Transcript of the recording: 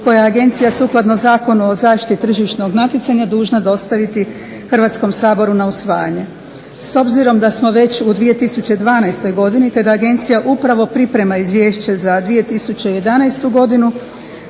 koja je Agencija sukladno Zakonu o zaštiti tržišnog natjecanja dužna dostaviti Hrvatskom saboru na usvajanje. S obzirom da smo već u 2012. godini i da Agencija upravo priprema Izvješće za 2011. godinu